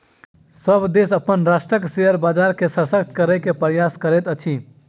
सभ देश अपन राष्ट्रक शेयर बजार के शशक्त करै के प्रयास करैत अछि